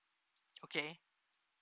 okay